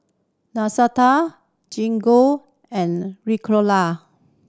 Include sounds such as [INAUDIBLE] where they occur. [UNINTELLIGIBLE] Gingko and Ricola